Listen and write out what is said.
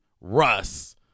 Russ